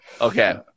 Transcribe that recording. Okay